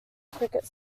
cricket